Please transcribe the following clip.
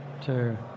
two